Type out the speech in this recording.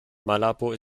malabo